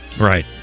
Right